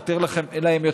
נתיר להם,